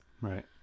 Right